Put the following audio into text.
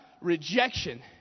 rejection